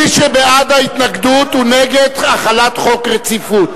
מי שבעד ההתנגדות, הוא נגד החלת חוק רציפות.